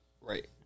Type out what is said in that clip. right